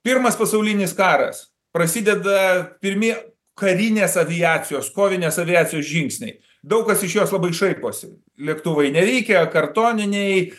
pirmas pasaulinis karas prasideda pirmi karinės aviacijos kovinės aviacijos žingsniai daug kas iš jos labai šaiposi lėktuvai neveikia kartoniniai